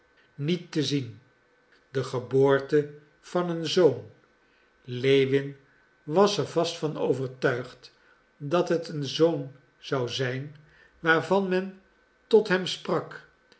niet te zien de geboorte van een zoon lewin was er vast van overtuigd dat het een zoon zou zijn waarvan men tot hem sprak